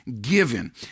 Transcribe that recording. given